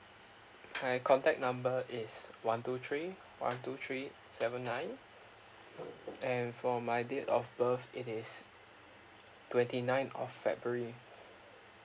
my contact number is one two three one two three seven nine and for my date of birth it is twenty nine of february